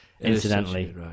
Incidentally